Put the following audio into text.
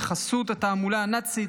בחסות התעמולה הנאצית.